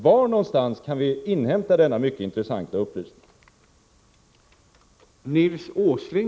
Var kan vi inhämta denna mycket intressanta upplysning?